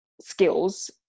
skills